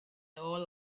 all